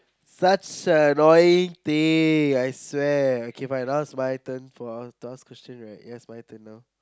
such a annoying thing I swear okay fine now it's my turn to ask question right yes my turn now